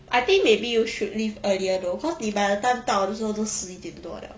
I think maybe you should leave earlier though cause 你 by the time 到 also 都十一点多了